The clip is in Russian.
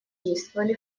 действовали